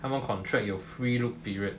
他们 contract 有 free look period